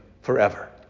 forever